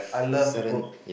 I love the book